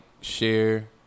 share